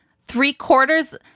three-quarters